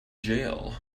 jail